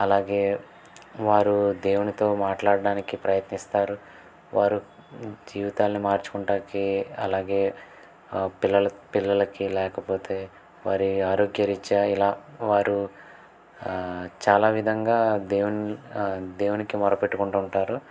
అలాగే వారు దేవునితో మాట్లాడ్డానికి ప్రయత్నిస్తారు వారు జీవితాల్ని మార్చుకుంటాకి అలాగే పిల్లల పిల్లలకి లేకపోతే వారి ఆరోగ్యరీత్యా ఇలా వారు చాలా విధంగా దేవున్ దేవునికి మొరపెట్టుకుంటూ ఉంటారు